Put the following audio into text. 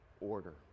order